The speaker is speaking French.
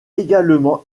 également